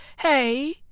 hey